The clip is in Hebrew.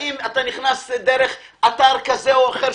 האם אתה נכנס דרך אתר כזה או אחר,